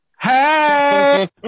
Hey